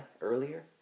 earlier